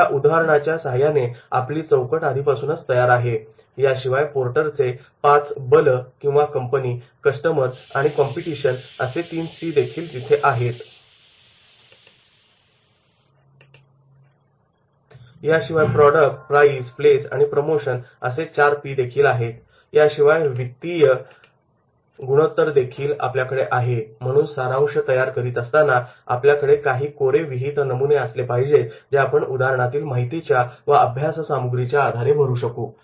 या दृष्टिकोनाच्या सहाय्याने आपली चौकट आधीपासूनच तयार आहे याशिवाय पोर्टरचे 5 बल किंवा कंपनी कस्टमर आणि कॉम्पिटिशन असे तीन 'सी' देखील तिथे आहेत याशिवाय प्रॉडक्ट प्राईस प्लेस आणि प्रमोशन असे 4p देखील आहेत याशिवाय वित्तीय गुणोत्तर देखील आपल्याकडे आहे म्हणूनच सारांश तयार करीत असताना आपल्याकडे काही कोरे विहीत नमुने पाहिजेत जे आपण त्या पुस्तकातील माहितीच्या व अभ्यास सामुग्रीच्या आधारे भरू शकू